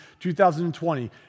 2020